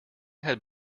had